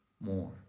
more